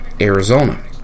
Arizona